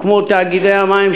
והוקמו תאגידי המים,